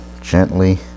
gently